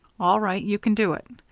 all right, you can do it.